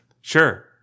Sure